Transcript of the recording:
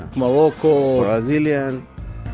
morocco, brazilian,